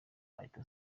ahita